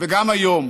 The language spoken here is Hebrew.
וגם היום.